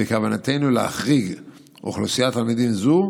בכוונתנו להחריג אוכלוסיית תלמידים זו,